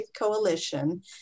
Coalition